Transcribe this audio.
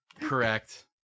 Correct